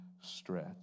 stretch